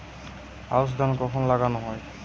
আউশ ধান কখন লাগানো হয়?